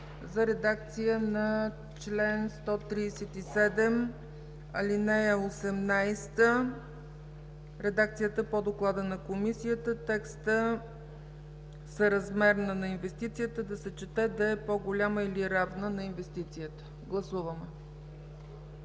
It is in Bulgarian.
за редакция на чл. 137, ал. 18 в редакцията по доклада на Комисията – текстът „съразмерна на инвестицията” да се чете „да е по-голяма или равна на инвестицията”. Гласували